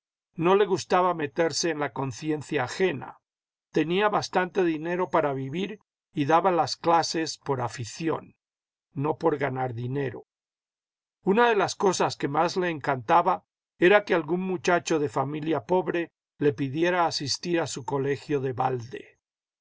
no le gustaba meterse en la conciencia ajena tenía bastante dinero para vivir y daba las clases por afición no por ganar dinero una de las cosas que más le encantaba era que algún muchacho de familia pobre le pidiera asistir a su colegio de balde